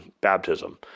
baptism